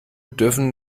dürfen